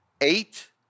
eight